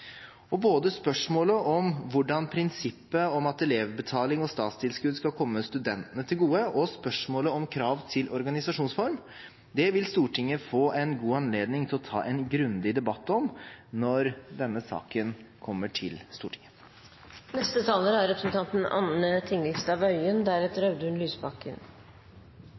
opp. Både spørsmålet om prinsippet om at elevbetaling og statstilskudd skal komme studentene til gode, og spørsmålet om krav til organisasjonsform vil Stortinget få god anledning til å ta en grundig debatt om når denne saken kommer til